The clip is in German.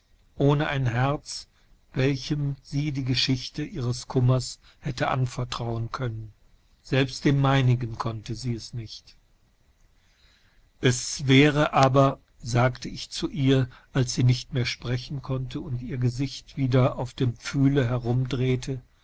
ohne ein herz welchem sie die geschichte ihres kummers hätte anvertrauenkönnenselbstdemmeinigenkonntesieesnicht eswäreaber sagteich zu ihr als sie nicht mehr sprechen konnte und ihr gesicht wieder auf dem pfühle herumdrehte